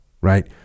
right